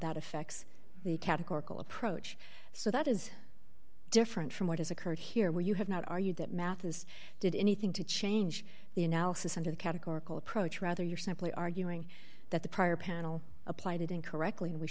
that effects the categorical approach so that is different from what has occurred here where you have not argued that mathis did anything to change the analysis under the categorical approach rather you're simply arguing that the prior panel applied it incorrectly and we